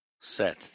Seth